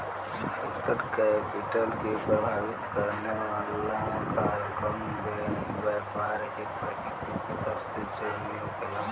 fixed capital के प्रभावित करे वाला कारकन में बैपार के प्रकृति सबसे जरूरी होखेला